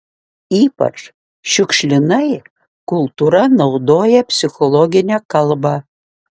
ypač šiukšlinai kultūra naudoja psichologinę kalbą